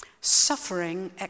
Suffering